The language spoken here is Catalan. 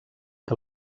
que